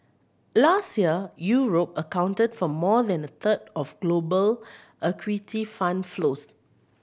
last year Europe accounted for more than a third of global equity fund flows